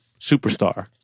superstar